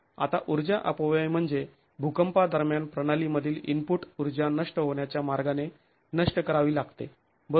आता ऊर्जा अपव्यय म्हणजे भुकंपा दरम्यान प्रणालीमधील इनपुट ऊर्जा नष्ट होण्याच्या मार्गाने नष्ट करावी लागते बरोबर